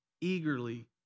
eagerly